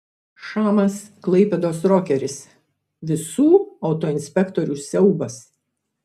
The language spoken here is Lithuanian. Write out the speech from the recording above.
šamas klaipėdos rokeris visų autoinspektorių siaubas